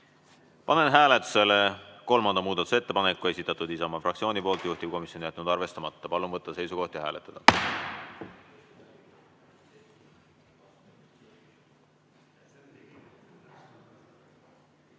Panen hääletusele kolmanda muudatusettepaneku. Esitatud Isamaa fraktsiooni poolt, juhtivkomisjon on jätnud arvestamata. Palun võtta seisukoht ja hääletada!